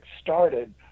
started